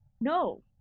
No